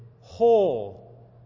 whole